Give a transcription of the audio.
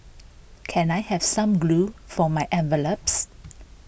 can I have some glue for my envelopes